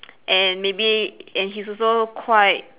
and maybe and he's also quite